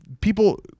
people